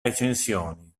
recensioni